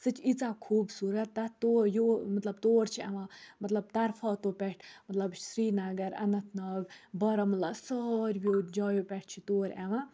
سُہ چھِ ییٖژاہ خوٗبصوٗرت تَتھ تور یِوان مطلب تور چھِ یِوان مطلب طرفاتو پٮ۪ٹھ مطلب سرینَگر اننت ناگ بارہمولہ ساروِیو جایو پٮ۪ٹھ چھِ تور یِوان